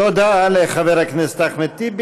תודה לחבר הכנסת אחמד טיבי.